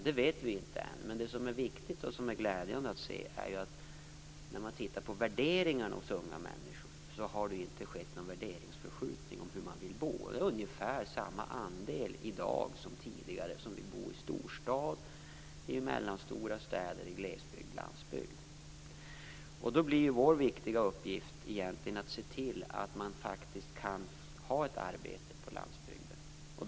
Det vet vi inte. Men det som är viktigt och glädjande att se är att det hos unga människor inte skett någon värderingsförskjutning om hur man vill bo. Det är ungefär samma andel i dag som tidigare som vill bo i storstad, i mellanstora städer, i glesbygd och landsbygd. Då blir vår viktiga uppgift igen att se till att man faktiskt kan ha ett arbete på landsbygden.